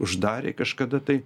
uždarė kažkada tai